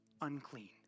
unclean